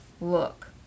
look